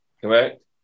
correct